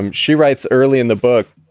and she writes early in the book,